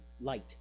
light